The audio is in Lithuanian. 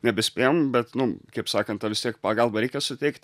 nebespėjom bet nu kaip sakant tą vis tiek pagalbą reikia suteikt